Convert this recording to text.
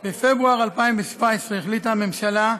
מפמ"רים